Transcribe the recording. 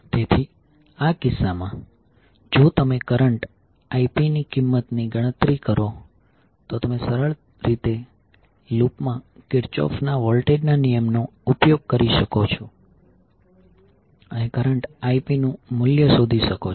તેથી આ કિસ્સામાં જો તમે કરંટ Ip ની કિંમતની ગણતરી કરો તો તમે સરળ રીતે લૂપમાં કીર્ચોફના વોલ્ટેજના નિયમનો ઉપયોગ કરી શકો છો અને કરંટ Ip નું મૂલ્ય શોધી શકો છો